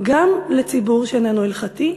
גם לציבור שאיננו הלכתי.